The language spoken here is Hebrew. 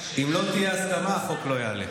אם לא תהיה הסכמה, החוק לא יעלה.